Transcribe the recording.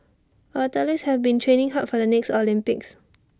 our athletes have been training hard for the next Olympics